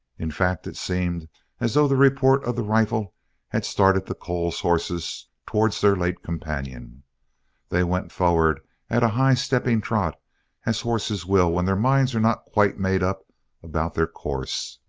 in fact, it seemed as though the report of the rifle had started the coles horses towards their late companion they went forward at a high-stepping trot as horses will when their minds are not quite made up about their course.